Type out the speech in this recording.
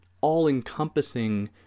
all-encompassing